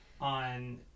on